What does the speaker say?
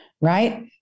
right